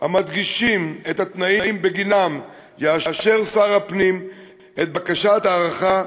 ומדגישים את התנאים שבהם יאשר שר הפנים את בקשת ההארכה,